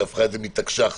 שהפכה את זה מתקש"ח.